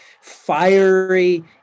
fiery